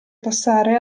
passare